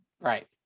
Right